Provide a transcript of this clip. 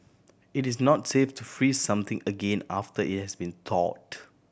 it is not safe to freeze something again after it has been thawed